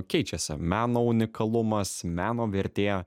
keičiasi meno unikalumas meno vertė